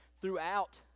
throughout